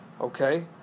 okay